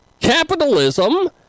Capitalism